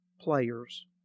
players